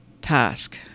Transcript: task